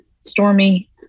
stormy